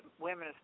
women